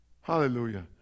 Hallelujah